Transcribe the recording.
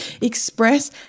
Express